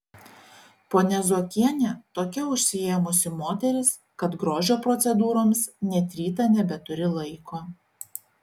ponia zuokienė tokia užsiėmusi moteris kad grožio procedūroms net rytą nebeturi laiko